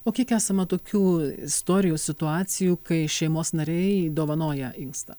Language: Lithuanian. o kiek esama tokių istorijų situacijų kai šeimos nariai dovanoja inkstą